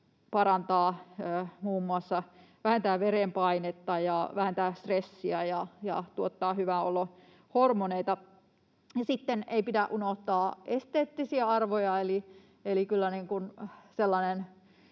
oleilua muun muassa vähentää verenpainetta ja vähentää stressiä ja tuottaa hyvän olon hormoneita. Ja sitten ei pidä unohtaa esteettisiä arvoja.